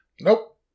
Nope